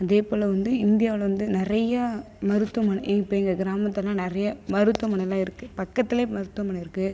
அதே போல் வந்து இந்தியாவில் வந்து நிறைய மருத்துவமனை இப்போ எங்கள் கிராமத்துலலாம் நிறைய மருத்துவமனைலாம் இருக்குது பக்கத்துலேயே மருத்துவமனை இருக்குது